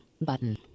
Button